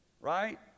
right